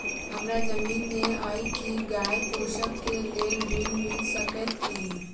हमरा जमीन नै अई की गाय पोसअ केँ लेल ऋण मिल सकैत अई?